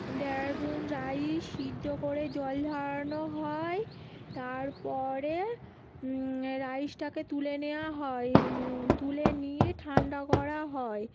Dehradun rice সিদ্ধ করে জল ঝরানো হয় তারপরে রাইসটাকে তুলে নেওয়া হয় তুলে নিয়ে ঠান্ডা করা হয়